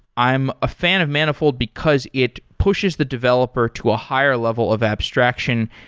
i'm a fan of manifold because it pushes the developer to a higher level of abstraction,